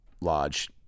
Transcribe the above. lodge